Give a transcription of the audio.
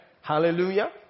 Hallelujah